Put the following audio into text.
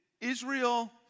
Israel